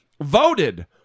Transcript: voted